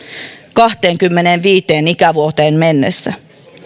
kahteenkymmeneenviiteen ikävuoteen mennessä